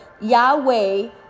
Yahweh